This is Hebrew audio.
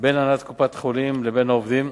בין הנהלת קופת-חולים לבין העובדים,